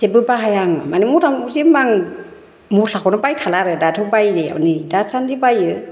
जेब्बो बाहाया आङो मानि मथा मथि होमबा आङो मस्लाखौनो बायखाला आरो दाथ' बायलिया दासान्दि बायो